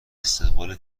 استقبال